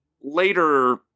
later